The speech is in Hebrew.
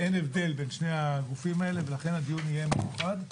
אין הבדל בין שני הגופים האלה ולכן הדיון יהיה מאוחד.